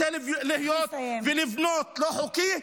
-- או רוצה לבנות לא חוקי.